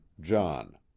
john